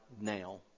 now